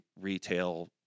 retail